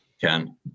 Ken